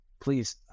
please